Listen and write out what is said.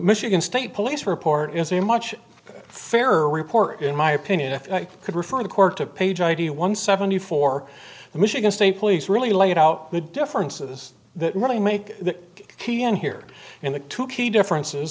michigan state police report is a much fairer report in my opinion if i could refer the court to page eighty one seventy four the michigan state police really laid out the differences that really make that key and here in the two key differences